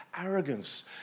arrogance